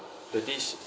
the dish